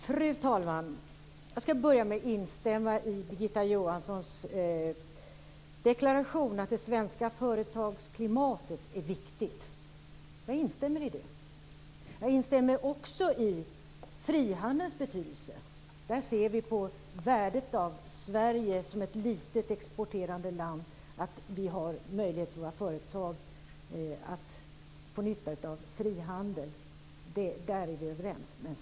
Fru talman! Jag skall börja med att instämma i Birgitta Johanssons deklaration att det svenska företagsklimatet är viktigt. Jag instämmer också i frihandelns betydelse. Där ser vi värdet av att Sverige som ett litet exporterande land kan ge sina företag möjlighet att få nytta av frihandel. Där är vi överens.